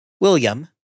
William